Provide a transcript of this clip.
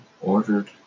ordered